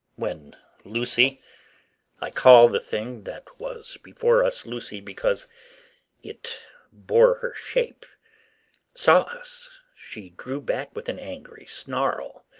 when lucy i call the thing that was before us lucy because it bore her shape saw us she drew back with an angry snarl,